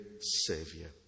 Savior